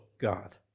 God